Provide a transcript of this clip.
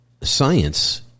science